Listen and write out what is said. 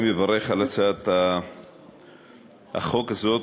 אני מברך על הצעת החוק הזאת.